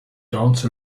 dance